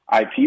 IP